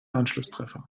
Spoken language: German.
anschlusstreffer